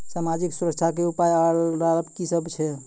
समाजिक सुरक्षा के उपाय आर लाभ की सभ छै?